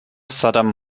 saddam